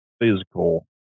physical